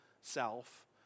self